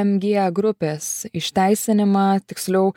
mg grupės išteisinimą tiksliau